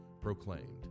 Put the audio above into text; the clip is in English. proclaimed